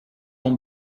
ton